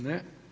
Ne.